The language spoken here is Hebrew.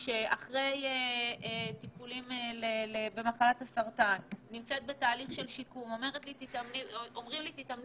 שנמצאת בתהליך שיקום אחרי טיפולים במחלת הסרטן שנאמר לה להתאמן בחוץ.